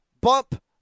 bump